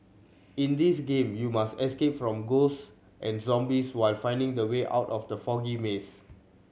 in this game you must escape from ghosts and zombies while finding the way out from the foggy maze